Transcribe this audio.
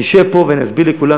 נשב פה ונסביר לכולם,